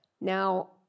Now